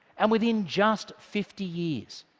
and within just fifty years,